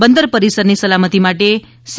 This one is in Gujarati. બંદર પરિસરની સલામતી માટે સી